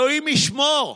אלוהים ישמור.